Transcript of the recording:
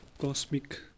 cosmic